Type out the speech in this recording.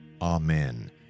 Amen